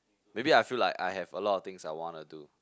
maybe I feel like I have a lot of things I want to do